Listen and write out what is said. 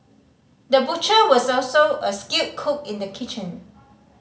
the butcher was also a skilled cook in the kitchen